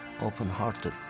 open-hearted